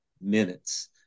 minutes